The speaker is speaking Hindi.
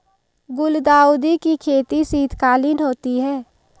गुलदाउदी की खेती शीतकालीन होती है